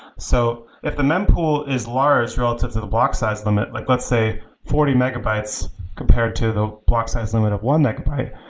so if the mem-pool is large relatively to the block size limit, like let's say forty megabytes compared to the block size limit of one megabyte,